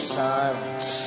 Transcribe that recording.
silence